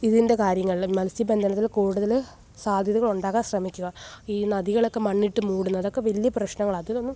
ഇതിന്റെ കാര്യങ്ങളിൽ മത്സ്യബന്ധനത്തിനു കൂടുതൽ സാദ്ധ്യതകള് ഉണ്ടാകാന് ശ്രമിക്കുക ഈ നദികളൊക്കെ മണ്ണിട്ടു മൂടുന്നത് അതൊക്കെ വലിയ പ്രശ്നങ്ങളാണ് അതിനൊന്നും